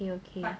okay okay